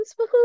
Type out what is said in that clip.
Woohoo